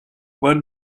what